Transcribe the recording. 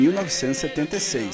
1976